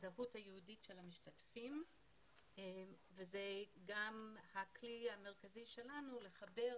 הזהות היהודית של המשתתפים וזה גם הכלי המרכזי שלנו לחבר